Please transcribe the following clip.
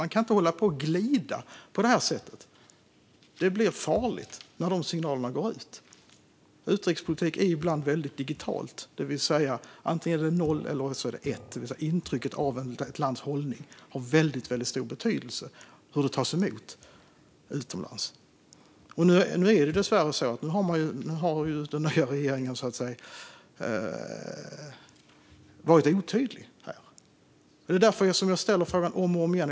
Man kan inte hålla på och glida på det här sättet. Det blir farligt när de signalerna går ut. Utrikespolitiken är ibland digital - antingen är det noll eller så är det ett. Intrycket av ett lands hållning och hur den tas emot utomlands har väldigt stor betydelse. Nu är det dessvärre så att den nya regeringen har varit otydlig. Det är därför jag ställer frågan om och om igen.